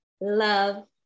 love